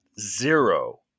Zero